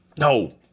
no